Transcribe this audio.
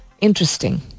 Interesting